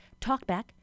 talkback